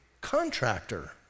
contractor